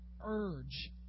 urge